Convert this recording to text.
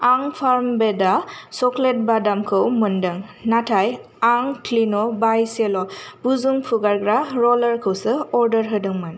आं फार्मभेदा सक्लेट बादामखौ मोनदों नाथाय आं क्लिन' बाइ सेल' बुजुं फुगारग्रा र'लारखौसो अर्डार होदोंमोन